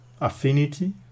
affinity